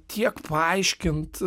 tiek paaiškint